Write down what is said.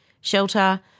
shelter